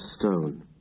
stone